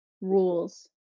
Rules